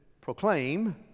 proclaim